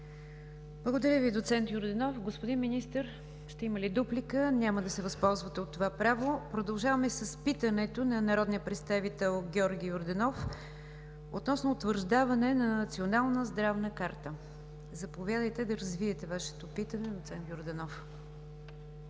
Благодаря Ви, доц. Йорданов. Господин Министър, ще има ли дуплика? Няма да се възползвате от това право. Продължаваме с питането на народния представител Георги Йорданов относно утвърждаване на Национална здравна карта. Заповядайте да развиете Вашето питане, доц. Йорданов.